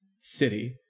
city